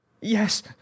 Yes